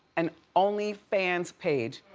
an onlyfans page.